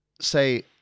say